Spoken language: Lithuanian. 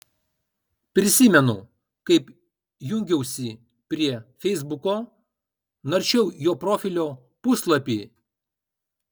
prisimenu kaip jungiausi prie feisbuko naršiau jo profilio puslapį